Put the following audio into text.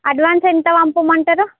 advance ఎంత వంపమంటారు